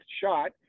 shot